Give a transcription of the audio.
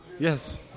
Yes